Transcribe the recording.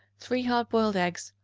three hard-boiled eggs,